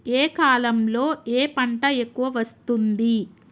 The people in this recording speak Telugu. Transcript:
ఏ కాలంలో ఏ పంట ఎక్కువ వస్తోంది?